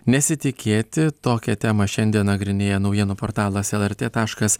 nesitikėti tokią temą šiandien nagrinėja naujienų portalas lrt taškas